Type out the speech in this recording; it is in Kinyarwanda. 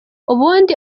ubundi